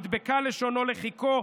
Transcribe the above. נדבקה לשונו לחיכו,